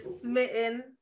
smitten